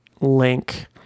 link